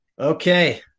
Okay